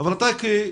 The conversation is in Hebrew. אבל אתה כמשפטן,